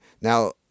Now